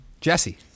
Jesse